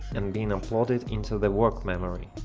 and being uploaded into the work memory.